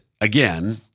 again-